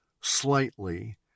slightly